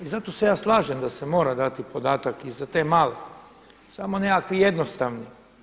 I zato se ja slažem da se mora dati podatak i za te male, samo nekakvi jednostavni.